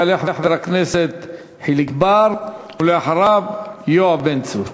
יעלה חבר הכנסת חיליק בר, ואחריו, יואב בן צור.